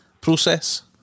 process